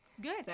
Good